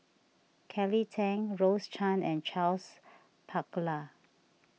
Kelly Tang Rose Chan and Charles Paglar